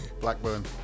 Blackburn